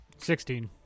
16